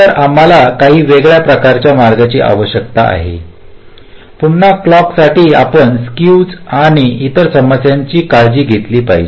तर आम्हाला काही वेगळ्या प्रकारच्या मार्गांची आवश्यकता आहे पुन्हा क्लॉकसाठी आपण स्केवज आणि इतर समस्यांची काळजी घेतली पाहिजे